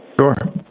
Sure